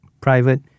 private